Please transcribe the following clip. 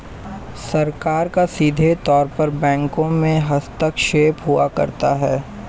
सरकार का सीधे तौर पर बैंकों में हस्तक्षेप हुआ करता है